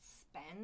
spend